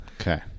Okay